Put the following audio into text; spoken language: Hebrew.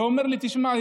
ואומר לי: תשמע,